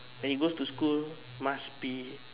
when he goes to school must be